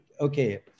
okay